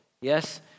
Yes